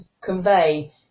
convey